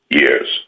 years